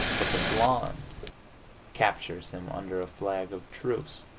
but the blonde captures him under a flag of truce.